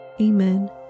Amen